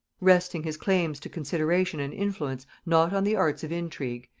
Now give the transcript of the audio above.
resting his claims to consideration and influence not on the arts of intrigue,